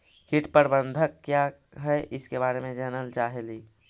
कीट प्रबनदक क्या है ईसके बारे मे जनल चाहेली?